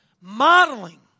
modeling